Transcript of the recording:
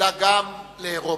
אלא גם לאירופה.